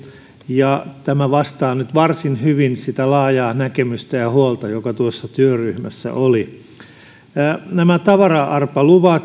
ja tämä vastaa nyt varsin hyvin sitä laajaa näkemystä ja huolta joka tuossa työryhmässä oli näiden tavara arpalupien